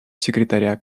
секретаря